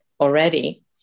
already